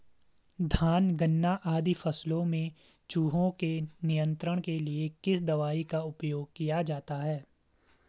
धान गन्ना आदि फसलों में चूहों के नियंत्रण के लिए किस दवाई का उपयोग किया जाता है?